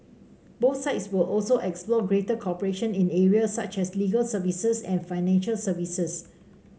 both sides will also explore greater cooperation in areas such as legal services and financial services